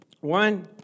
one